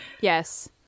yes